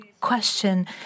question